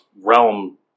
realm